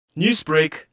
Newsbreak